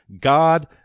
God